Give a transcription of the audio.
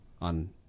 on